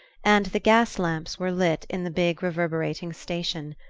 and the gas-lamps were lit in the big reverberating station.